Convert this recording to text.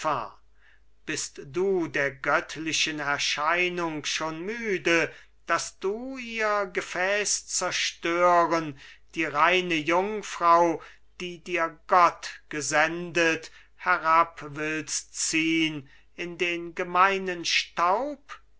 bist du der göttlichen erscheinung schon müde daß du ihr gefäß zerstören die reine jungfrau die dir gott gesendet herab willst ziehn in den gemeinen staub